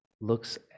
looks